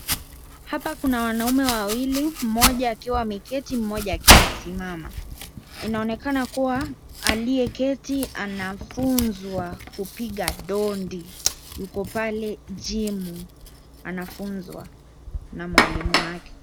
Hapa kuna wanaume wawili mmoja akiwa ameketi mmoja akiwa amesimama. Inaonekana kuwa aliyeketi anafunzwa kupiga ndondi, yuko pale jimu, anafunzwa na mwalimu wake.